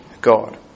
God